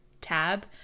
tab